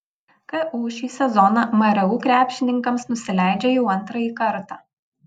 ku šį sezoną mru krepšininkams nusileidžia jau antrąjį kartą